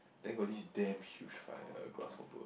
then got this damn huge fight uh grasshopper